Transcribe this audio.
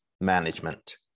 management